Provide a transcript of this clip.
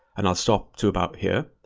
and i'll stop to about here,